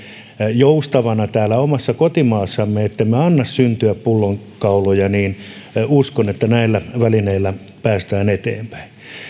joustavana täällä omassa kotimaassamme ettemme anna syntyä pullonkauloja niin uskon että näillä välineillä päästään eteenpäin